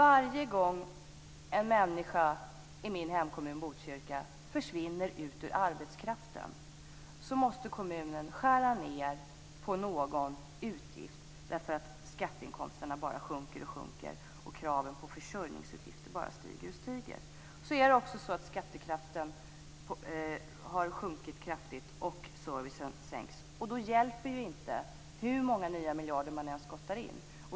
Varje gång en människa i min hemkommun Botkyrka försvinner från arbetskraften måste kommunen skära ned på någon utgift, eftersom skatteinkomsterna bara sjunker och sjunker och kraven på försörjningsutgifterna bara stiger och stiger. Så har också skattekraften sjunkit kraftigt och servicen sänkts. Och då hjälper det inte hur många nya miljarder man än skottar in.